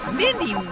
mindy,